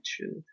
truth